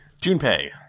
Junpei